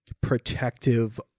protective